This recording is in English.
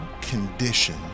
condition